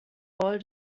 all